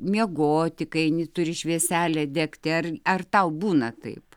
miegoti kai eini turi švieselę degti ar ar tau būna taip